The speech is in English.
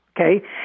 Okay